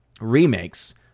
remakes